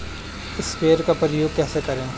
Sprayer का उपयोग कैसे करें?